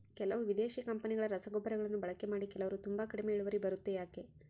ಕೆಲವು ವಿದೇಶಿ ಕಂಪನಿಗಳ ರಸಗೊಬ್ಬರಗಳನ್ನು ಬಳಕೆ ಮಾಡಿ ಕೆಲವರು ತುಂಬಾ ಕಡಿಮೆ ಇಳುವರಿ ಬರುತ್ತೆ ಯಾಕೆ?